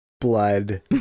blood